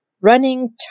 Running